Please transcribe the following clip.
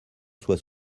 soit